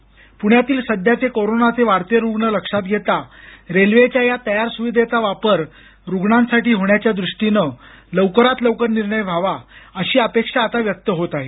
पूण्यातील सध्याचे कोरोनाचे वाढते रुग्ण लक्षात घेता रेल्वेच्या या तयार सुविधेचा वापर रुग्णांसाठी होण्याच्या दृष्टीनं लवकरात लवकर निर्णय व्हावा अशी अपेक्षा व्यक्त होत आहे